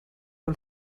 del